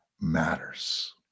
matters